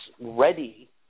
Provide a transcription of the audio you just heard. ready